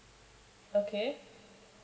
okay